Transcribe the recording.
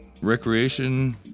recreation